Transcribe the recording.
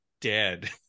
dead